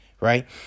Right